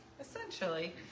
essentially